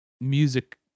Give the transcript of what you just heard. music